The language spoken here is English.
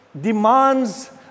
demands